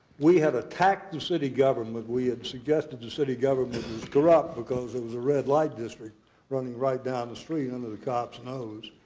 we had attacked the city government. we had suggested the city government was corrupt because there was a red light district running right down the street under the cops' nose.